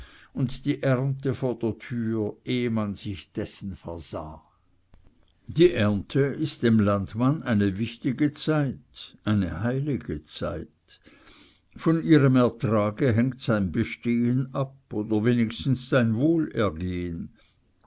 und die ernte vor der türe ehe man sich dessen versah die ernte ist dem landmann eine wichtige zeit eine heilige zeit von ihrem ertrage hängt sein bestehen ab oder wenigstens sein wohlergehen